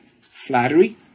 flattery